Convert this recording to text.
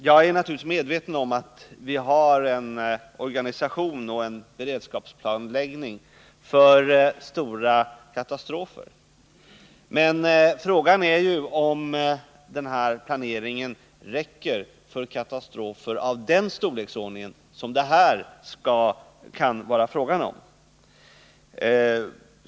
Jag är naturligtvis medveten om att vi har en organisation och en beredskapsplanläggning för stora katastrofer, men frågan är om den planeringen räcker till för katastrofer av den storleksordning som det här kan vara fråga om.